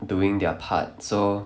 doing their part so